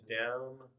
down